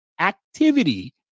activity